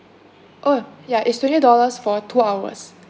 oh ya it's twenty dollars for two hours